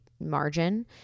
margin